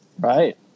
Right